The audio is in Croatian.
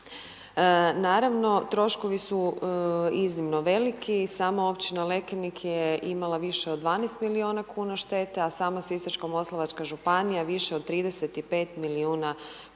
Naravno, troškovi su iznimno veliki, sama općina Lekenik je imala više od 12 milijuna kuna štete, a sama Sisačko-moslavačka županija više od 35 milijuna kuna